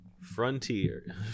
Frontier